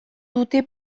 dute